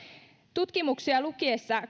tutkimuksia lukiessa